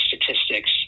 statistics